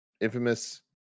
Infamous